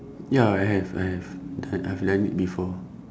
ya I have I have I have learnt it before